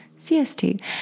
CST